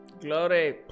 Glory